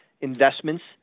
investments